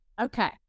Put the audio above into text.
okay